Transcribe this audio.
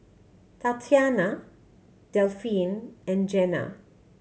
Tatyanna Delphine and Jena